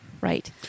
Right